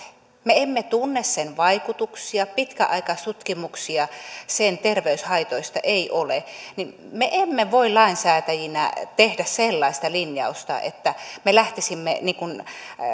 me emme tunne sen vaikutuksia pitkäaikaistutkimuksia sen terveyshaitoista ei ole joten me emme voi lainsäätäjinä tehdä sellaista linjausta että me lähtisimme